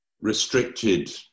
restricted